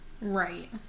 Right